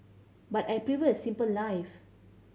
but I prefer a simple life